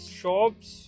shops